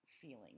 feeling